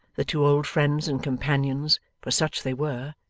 the two old friends and companions for such they were,